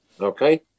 okay